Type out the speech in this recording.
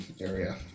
area